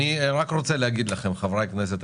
אני שמחה על זה שהן נשאלו.